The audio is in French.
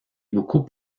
beaucoup